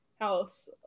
house